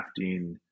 crafting